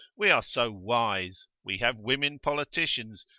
we are so wise we have women politicians,